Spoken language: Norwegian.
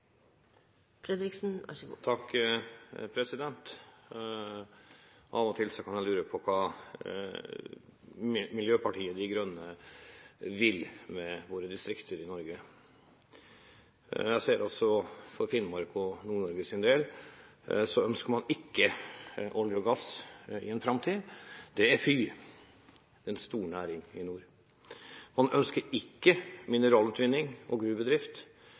Av og til kan man lure på hva Miljøpartiet De Grønne vil med våre distrikter i Norge. Jeg ser at for Finnmark og Nord-Norges del ønsker man ikke olje og gass i framtiden – det er fy – det er en stor næring i nord. Man ønsker ikke mineralutvinning og gruvedrift – det er en stor næring i nord. Og